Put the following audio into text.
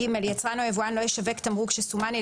(ג) יצרן או יבואן לא ישווק תמרוק שסומן על